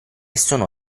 sono